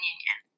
Union